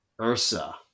Ursa